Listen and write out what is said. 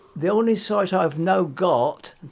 the only sight i've now got,